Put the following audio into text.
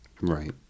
Right